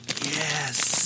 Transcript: Yes